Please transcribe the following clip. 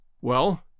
Well